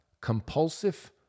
compulsive